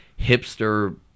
hipster